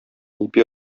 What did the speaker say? ипи